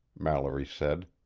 mallory said.